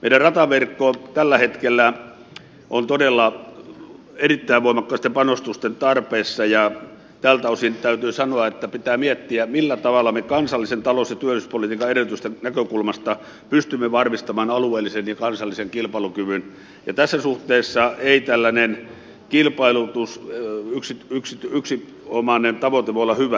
meidän rataverkkomme tällä hetkellä on todella erittäin voimakkaiden panostusten tarpeessa ja tältä osin täytyy sanoa että pitää miettiä millä tavalla me kansallisen talous ja työllisyyspolitiikan edellytysten näkökulmasta pystymme varmistamaan alueellisen ja kansallisen kilpailukyvyn ja tässä suhteessa ei tällainen yksinomainen kilpailutustavoite voi olla hyvä